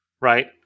right